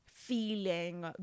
feeling